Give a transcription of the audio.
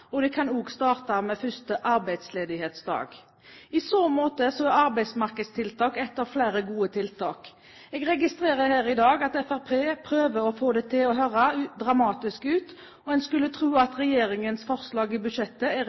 og den kan også starte med første arbeidsledighetsdag. I så måte er arbeidsmarkedstiltak ett av flere gode tiltak. Jeg registrerer her i dag at Fremskrittspartiet prøver å få det til å høres dramatisk ut, og en skulle tro at regjeringens forslag i budsjettet er rekordlavt. Denne regjeringen og Stoltenberg I-regjeringen har sørget for et